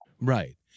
Right